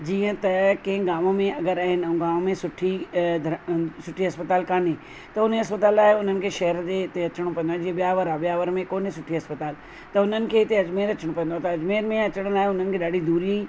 जीअं त कंहिं गांव में अगरि रहनि ऐं गांव में सुठी सुठी अस्पताल कान्हे त उन अस्पताल लाइ उन्हनि खे शहर जे हिते अचिणो पवंदो आहे जीअं ब्यावर आहे ब्यावर में कोन्हे सुठी अस्पताल त उन्हनि खे इते अजमेर अचिणो पवंदो आहे त अजमेर में अचण लाइ उन्हनि खे ॾाढी दूरी